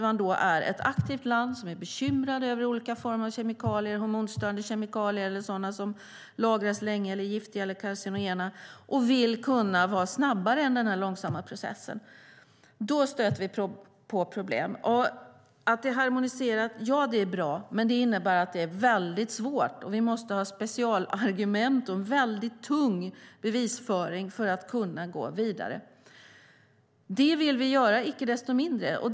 Men ett aktivt land som är bekymrat över olika former av kemikalier, som hormonstörande kemikalier, kemikalier som lagras länge, är giftiga eller cancerogena, och vill att det ska kunna gå snabbare än med den här långsamma processen stöter på problem. Att det är harmoniserat är bra, men det innebär att det är väldigt svårt att gå vidare. Vi måste ha specialargument och väldigt tung bevisföring. Det vill vi icke desto mindre göra.